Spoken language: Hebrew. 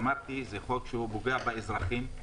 ואמרתי: זה חוק שפוגע באזרחים.